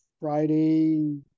Friday